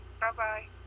Bye-bye